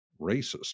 racist